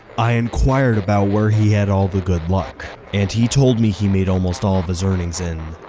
i inquired about where he had all the good luck and he told me he made almost all of his earnings in.